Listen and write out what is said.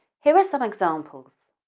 here are some examples.